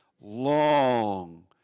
long